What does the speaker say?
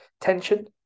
tension